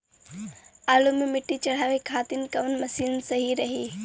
आलू मे मिट्टी चढ़ावे खातिन कवन मशीन सही रही?